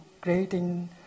creating